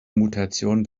mutation